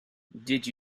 did